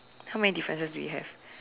how many differences do we have